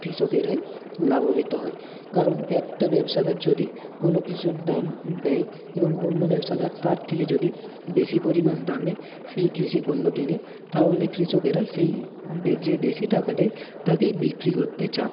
কৃষকেরাই লাভবিত হয় কারণ একটা ব্যবসাদার যদি কোনো কিছুর দাম দেয় এবং অন্য ব্যবসাদার তার থেকে যদি বেশি পরিমাণ দামে সেই কৃষি পণ্য কেনে তাহলে কৃষকেরা সেই বে যে বেশি টাকা দেয় তাকেই বিক্রি করতে চান